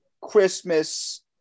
Christmas